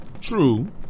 True